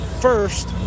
First